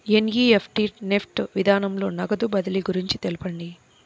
NEFT NEFT విధానంలో నగదు బదిలీ గురించి తెలుపండి?